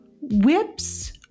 Whips